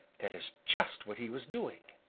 that is just what he was doing.